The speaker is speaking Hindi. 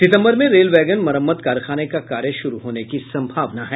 सितम्बर में रेल बैगन मरम्मत कारखाना का कार्य शुरू होने की सम्भावना है